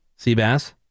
Seabass